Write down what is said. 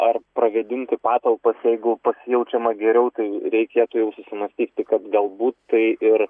ar pravėdinti patalpas jeigu pasijaučiama geriau tai reikėtų jau susimąstyti kad galbūt tai ir